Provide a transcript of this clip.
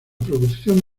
producción